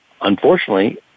unfortunately